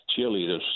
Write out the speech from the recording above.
cheerleaders